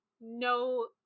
no